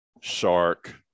shark